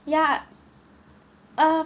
ya uh